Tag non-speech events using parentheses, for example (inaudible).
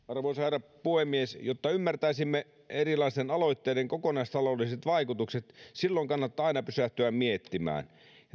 (unintelligible) arvoisa herra puhemies jotta ymmärtäisimme erilaisten aloitteiden kokonaistaloudelliset vaikutukset kannattaa aina pysähtyä miettimään